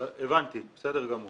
הבנתי, בסדר גמור.